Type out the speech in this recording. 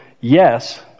yes